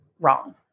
wrong